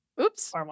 Oops